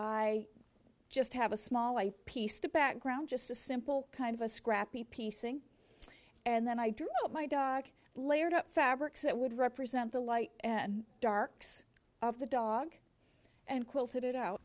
i just have a small white piece to background just a simple kind of a scrappy piecing and then i drew my dog layered fabrics that would represent the light and dark side of the dog and quilted